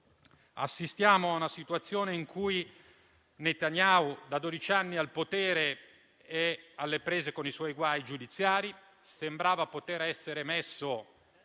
Assistiamo a una situazione in cui Netanyahu, da dodici anni al potere e alle prese con i suoi guai giudiziari, sembrava poter essere messo